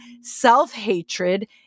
self-hatred